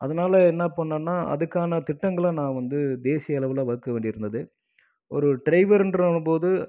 அதனால என்ன பண்ணிணேன்னா அதுக்கான திட்டங்களை நான் வந்து தேசிய அளவில் வகுக்க வேண்டியிருந்தது ஒரு டிரைவருன்ற போது